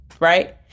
right